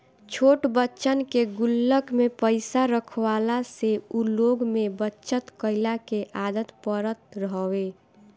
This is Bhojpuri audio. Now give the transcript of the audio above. छोट बच्चन के गुल्लक में पईसा रखवला से उ लोग में बचत कइला के आदत पड़त हवे